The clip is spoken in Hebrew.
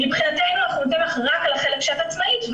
מבחינתנו אנחנו ניתן לך רק על החלק שאת עצמאית,